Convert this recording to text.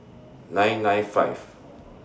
nine nine five